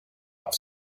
off